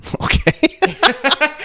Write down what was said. Okay